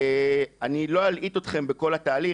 אני לא אלאה אתכם בכל התהליך,